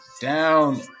Down